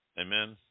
Amen